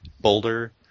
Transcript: Boulder